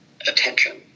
attention